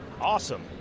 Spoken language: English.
awesome